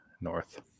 north